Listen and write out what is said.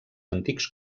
antics